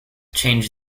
change